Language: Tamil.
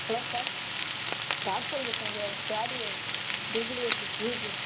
ஹலோ சார் பேசுகிறேன் சார் தேர்ட் இயர் ட்ரிபுள் இ